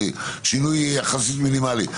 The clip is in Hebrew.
בשינוי יחסית מינימלי?